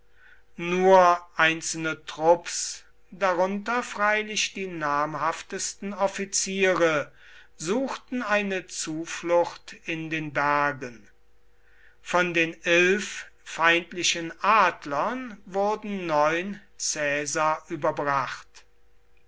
nur einzelne trupps darunter freilich die namhaftesten offiziere suchten eine zuflucht in den bergen von den elf feindlichen adlern wurden neun caesar überbracht